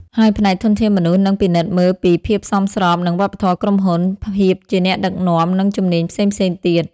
ហើយផ្នែកធនធានមនុស្សនឹងពិនិត្យមើលពី ភាពសមស្របនឹងវប្បធម៌ក្រុមហ៊ុន ភាពជាអ្នកដឹកនាំ និងជំនាញផ្សេងៗទៀត។